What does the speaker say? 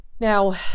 Now